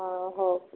ହଁ ହଉ